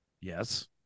Yes